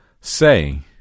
Say